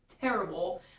terrible